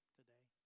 today